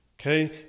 Okay